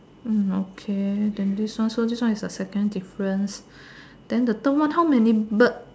okay then this one so this one is the second difference then the third one how many bird